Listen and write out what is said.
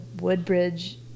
Woodbridge